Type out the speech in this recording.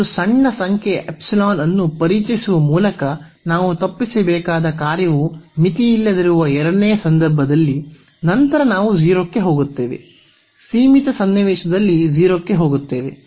ಒಂದು ಸಣ್ಣ ಸಂಖ್ಯೆಯ ಎಪ್ಸಿಲಾನ್ ಅನ್ನು ಪರಿಚಯಿಸುವ ಮೂಲಕ ನಾವು ತಪ್ಪಿಸಬೇಕಾದ ಕಾರ್ಯವು ಮಿತಿಯಿಲ್ಲದಿರುವ ಎರಡನೆಯ ಸಂದರ್ಭದಲ್ಲಿ ನಂತರ ನಾವು 0 ಕ್ಕೆ ಹೋಗುತ್ತೇವೆ ಸೀಮಿತ ಸನ್ನಿವೇಶದಲ್ಲಿ 0 ಕ್ಕೆ ಹೋಗುತ್ತೇವೆ